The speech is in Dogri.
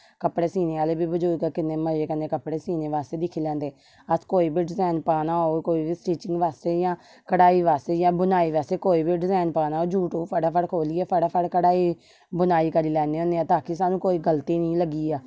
कपडे़ सीने आहले बी बजुर्ग कपडे़ सीने बास्ते दिक्खी लेंदे अस कोई बी डिजाइन पाना होग कोई बी स्टिचिंग बास्ते जां कढाई बास्ते जा बुनाई आस्ते कोई बी डिजाइन पाना होग यूट्यूब उप्पर फटा फट खोह्लिये फटाफट कढाई बुनाई करी लैन्ने होन्ने ताकि सानू कोई गलती नेईं लग्गी जाए